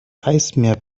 eismeer